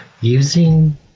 using